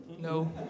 No